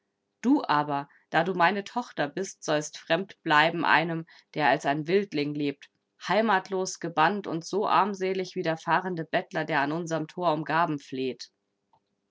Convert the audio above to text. du aber da du meine tochter bist sollst fremd bleiben einem der als ein wildling lebt heimatlos gebannt und so armselig wie der fahrende bettler der an unserem tor um gaben fleht